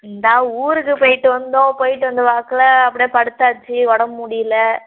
இந்தா ஊருக்கு போயிட்டு வந்தோம் போயிட்டு வந்த வாக்கில் அப்படியே படுத்தாச்சு உடம்பு முடியல